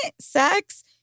sex